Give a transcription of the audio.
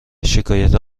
شکایت